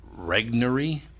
Regnery